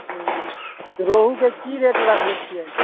ओ रोहूके की रेट रखले छियै